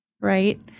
right